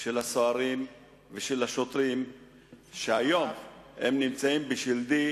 של הסוהרים ושל השוטרים שהיום נמצאים ב"שלדי"